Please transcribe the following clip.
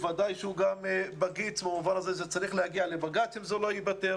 בוודאי שהוא בגיץ והוא צריך להגיע לבג"צ אם הוא לא ייפתר.